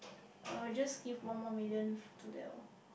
I'll just give one more million to that orh